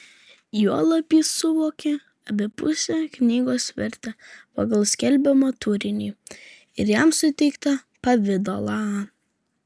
juolab jis suvokė abipusę knygos vertę pagal skelbiamą turinį ir jam suteiktą pavidalą